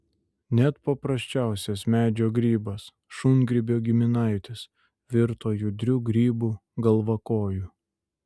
net paprasčiausias medžio grybas šungrybio giminaitis virto judriu grybu galvakoju